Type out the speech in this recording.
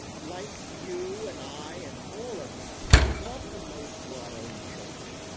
like you and i and all of us, we want the most for our own children.